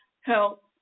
help